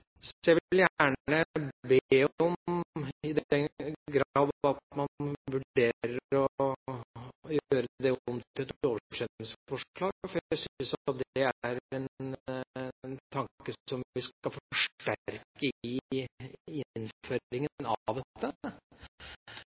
Så jeg vil gjerne be om at man vurderer å gjøre det om til et oversendelsesforslag, for jeg synes det er en tanke som man skal forsterke i innføringen av